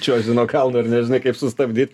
čiuoži nuo kalno ir nežinai kaip sustabdyt